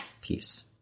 peace